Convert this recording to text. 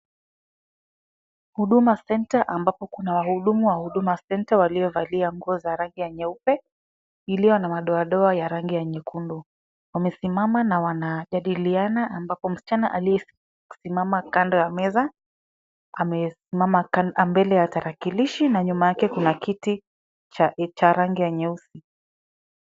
Huduma centre ambapo kuna wahudumu wa huduma centre waliovalia nguo za rangi ya nyeupe, iliyo na madoadoa ya rangi ya nyekundu. Wamesimama na wanajadiliana, ambapo msichana aliyekusimama kando ya meza, amesimama mbele ya tarakilishi na nyuma yake kuna kiti cha rangi ya nyeusi.